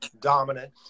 dominant